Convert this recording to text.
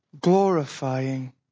glorifying